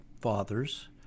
fathers